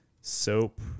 soap